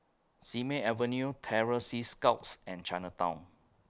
Simei Avenue Terror Sea Scouts and Chinatown